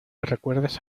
recuerdes